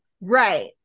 right